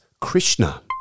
Krishna